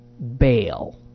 Bail